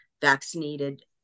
vaccinated